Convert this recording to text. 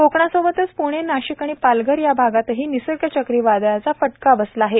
कोकणासोबत प्रणे नाशिक आणि पालघर याभागात ही निसर्ग चक्री वादळाचा फटका बसला आहे